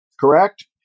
correct